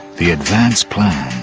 the advance plan,